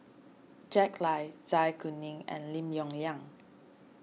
Jack Lai Zai Kuning and Lim Yong Liang